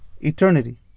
eternity